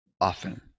often